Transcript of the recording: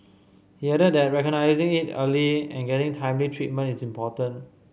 he added that recognising it early and getting timely treatment is important